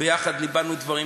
ויחד ליבנו דברים.